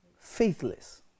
faithless